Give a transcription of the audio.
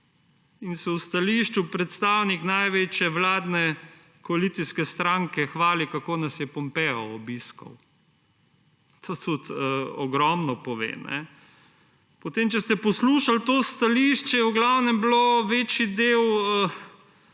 in se v stališču predstavnik največje vladne koalicijske stranke hvali, kako nas je Pompeo obiskal. To tudi ogromno pove. Če ste poslušali to stališče, je v glavnem večji del bil nek